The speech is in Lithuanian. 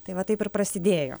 tai va taip ir prasidėjo